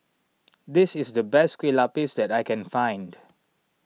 this is the best Kueh Lapis that I can find